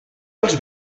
els